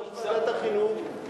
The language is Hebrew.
משרד החינוך,